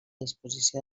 disposició